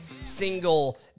single